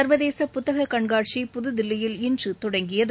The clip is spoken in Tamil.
சர்வதேச புத்தக கண்காட்சி புதுதில்லியில் இன்று தொடங்கியது